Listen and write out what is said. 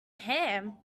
ham